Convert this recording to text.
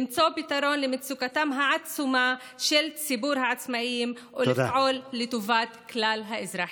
למצוא פתרון למצוקתו העצומה של ציבור העצמאים ולפעול לטובת כלל האזרחים.